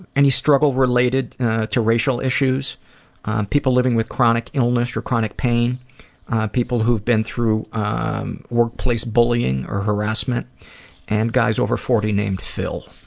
any struggle related to racial issues people living with chronic illness or chronic pain people who've been through um workplace bullying or harassment and guys over forty named phil.